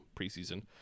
preseason